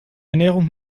ernährung